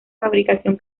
fabricación